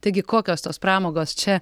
taigi kokios tos pramogos čia